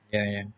yeah yeah